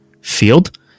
field